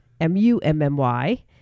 M-U-M-M-Y